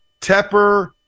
Tepper